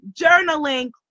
journaling